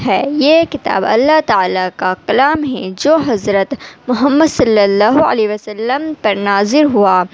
ہے یہ کتاب اللّہ تعالیٰ کا کلام ہے جو حضرت محمّد صلی اللّہ علیہ و سلم پر نازل ہوا